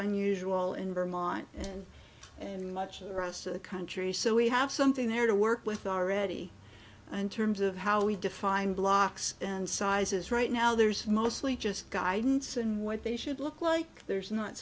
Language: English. unusual in vermont and in much of the rest of the country so we have something there to work with already in terms of how we define blocks and sizes right now there's mostly just guidance and what they should look like there's not